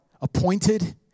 appointed